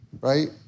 Right